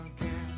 again